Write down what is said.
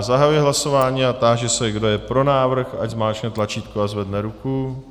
Zahajuji hlasování a táži se, kdo je pro návrh, ať zmáčkne tlačítko a zvedne ruku.